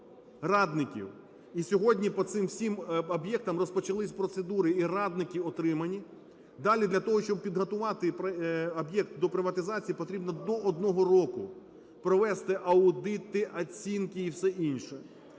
радників. І сьогодні по цим всім об'єктам розпочались процедури і радники отримані. Далі, для того, щоб підготувати об'єкт до приватизації, потрібно до 1 року, провести аудити, оцінки і все інше.